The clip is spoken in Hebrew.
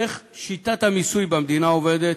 איך שיטת המיסוי במדינה עובדת,